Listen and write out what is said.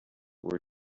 were